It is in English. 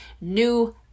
New